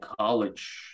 college